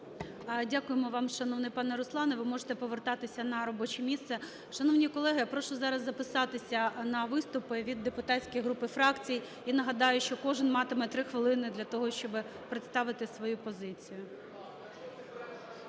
Дякуємо вам, шановний пане Руслане. Ви можете повертатися на робоче місце. Шановні колеги, я прошу зараз записатися на виступи від депутатських груп і фракцій. І нагадаю, що кожен матиме 3 хвилини для того, щоби представити свою позицію.